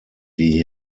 die